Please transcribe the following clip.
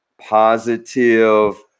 positive